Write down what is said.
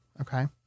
Okay